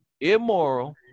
immoral